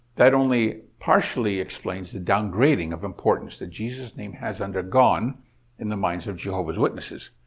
that only partially explains the downgrading of importance that jesus' name has undergone in the minds of jehovah's witnesses.